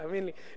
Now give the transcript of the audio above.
תאמין לי,